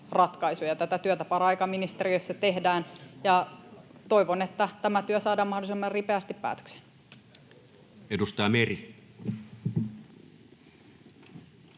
Tätä työtä paraikaa ministeriöissä tehdään, ja toivon, että tämä työ saadaan mahdollisimman ripeästi päätökseen. [Speech